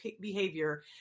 behavior